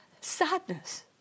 sadness